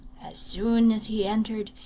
as soon as he entered,